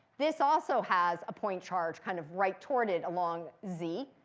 this also has a point charge kind of right toward it along z.